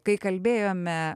kai kalbėjome